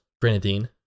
grenadine